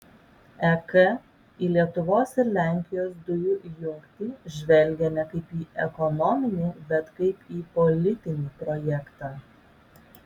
ek į lietuvos ir lenkijos dujų jungtį žvelgia ne kaip į ekonominį bet kaip į politinį projektą